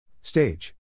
Stage